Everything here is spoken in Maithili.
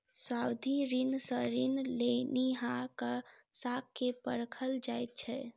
सावधि ऋण सॅ ऋण लेनिहारक साख के परखल जाइत छै